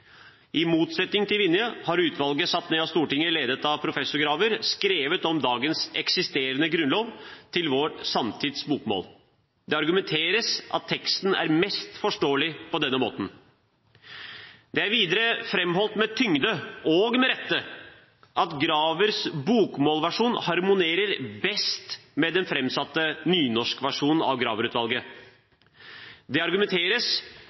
I motsetning til Vinje har utvalget, satt ned av Stortinget og ledet av professor Graver, skrevet om dagens eksisterende grunnlov til vår samtids bokmål. Det argumenteres med at teksten er mest forståelig på denne måten. Det er videre framholdt med tyngde – og med rette – at Gravers bokmålsversjon harmonerer best med den framsatte nynorskversjonen av Graver-utvalget. Det argumenteres